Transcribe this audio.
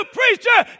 preacher